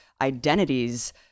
identities